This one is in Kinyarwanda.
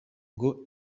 ngo